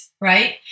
right